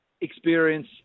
experience